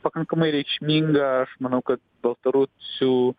pakankamai reikšminga aš manau kad baltarusių